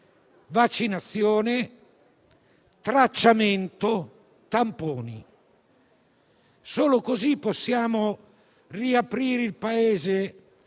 vaccinazione, tracciamento e tamponi. Solo così possiamo riaprire le